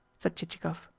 said chichikov.